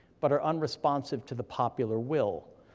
but are unresponsive to the popular will.